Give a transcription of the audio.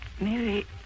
Mary